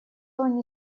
они